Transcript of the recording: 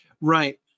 right